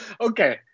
Okay